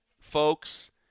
folks